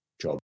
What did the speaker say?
job